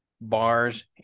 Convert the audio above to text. bars